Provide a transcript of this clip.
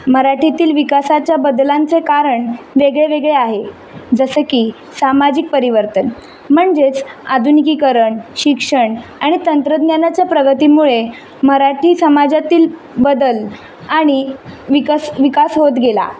मराठीतील विकासाच्या बदलांचे कारण वेगळेवेगळे आहे जसं की सामाजिक परिवर्तन म्हणजेच आधुनिकीकरण शिक्षण आणि तंत्रज्ञानाच्या प्रगतीमुळे मराठी समाजातील बदल आणि विकास विकास होत गेला